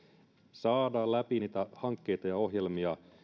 saada läpi niitä hankkeita ja ohjelmia